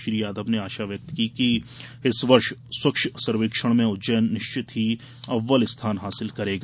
श्री यादव ने आशा व्यक्त की है कि इस वर्ष स्वच्छ सर्वेक्षण में उज्जैन निश्चित ही अव्वल स्थान हासिल करेगा